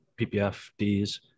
PPFDs